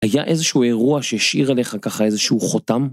היה איזשהו אירוע שהשאיר עליך ככה איזשהו חותם?